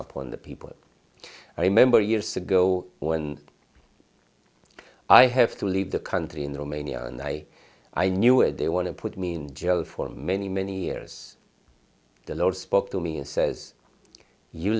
upon the people i remember years ago when i have to leave the country in the romanian i i knew it they want to put me in jail for many many years the lord spoke to me and says you